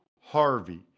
Harvey